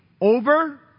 over